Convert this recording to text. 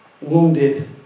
wounded